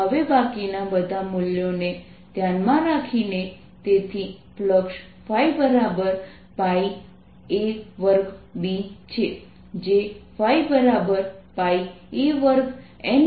હવે બાકીના બધા મૂલ્યોને ધ્યાનમાં રાખીને તેથી ફ્લક્સ ϕπa2B છે જે ϕπa2NLI છે